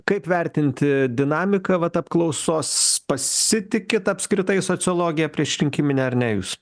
kaip vertinti dinamiką vat apklausos pasitikit apskritai sociologija priešrinkimine ar ne jūs